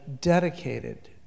dedicated